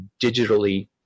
digitally